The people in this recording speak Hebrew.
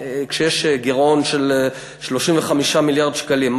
כשיש גירעון של 35 מיליארד שקלים,